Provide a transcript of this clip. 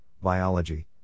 biology